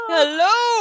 Hello